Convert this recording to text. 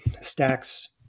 Stacks